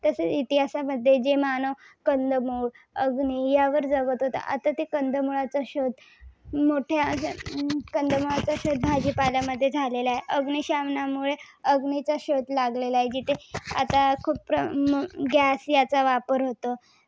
तसेच इतिहासामध्ये जे मानव कंदमूळ अग्नी यावर जगत होता आता ते कंदमुळाचा शोध मोठ्या कंदमुळाचा शोध भाजीपाल्यामध्ये झालेला आहे अग्निशमनामुळे अग्निचा शोध लागलेला आहे जिथे आता खूप गॅस याचा वापर होतो